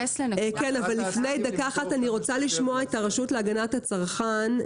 אני רוצה לשמוע את הרשות להגנת הצרכן.